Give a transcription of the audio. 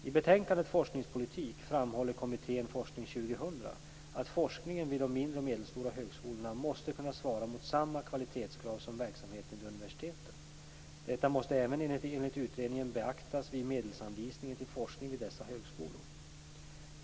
I betänkandet Forskningspolitik framhåller kommittén Forskning 2000 att forskningen vid de mindre och medelstora högskolorna måste kunna svara mot samma kvalitetskrav som verksamheten vid universiteten. Detta måste även enligt utredningen beaktas vid medelsanvisningen till forskning vid dessa högskolor.